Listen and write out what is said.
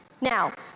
Now